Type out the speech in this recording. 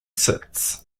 sits